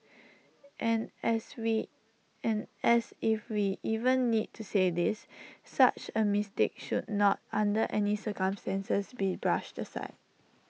and as we and as if we even need to say this such A mistake should not under any circumstances be brushed aside